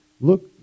look